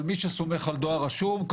אבל אי אפשר לסמוך על דואר רשום.